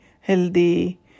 healthy